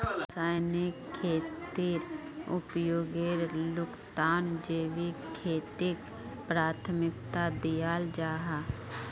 रासायनिक खेतीर उपयोगेर तुलनात जैविक खेतीक प्राथमिकता दियाल जाहा